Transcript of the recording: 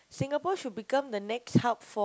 Singapore should become the next hub for